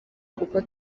kuko